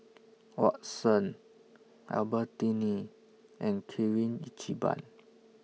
Watsons Albertini and Kirin Ichiban